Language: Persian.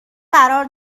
قرار